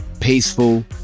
Peaceful